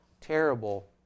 terrible